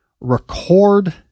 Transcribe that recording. record